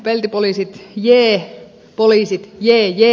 peltipoliisit jee poliisit jeejee